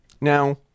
Now